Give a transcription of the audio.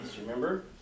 Remember